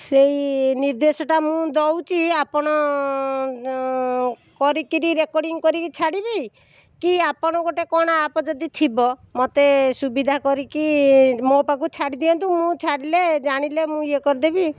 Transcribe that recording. ସେଇ ନିର୍ଦ୍ଦେଶଟା ମୁଁ ଦେଉଛି ଆପଣ କରିକିରି ରେକର୍ଡ଼ିଂ କରିକି ଛାଡ଼ିବି କି ଆପଣ ଗୋଟେ କ'ଣ ଆପ୍ ଯଦି ଥିବ ମୋତେ ସୁବିଧା କରିକି ମୋ ପାଖକୁ ଛାଡ଼ିଦିଅନ୍ତୁ ମୁଁ ଛାଡ଼ିଲେ ଜାଣିଲେ ମୁଁ ଇଏ କରିଦେବି